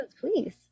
please